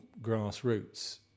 grassroots